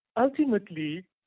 ultimately